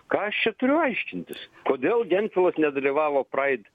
ką aš čia turiu aiškintis kodėl gentvilas nedalyvavo pride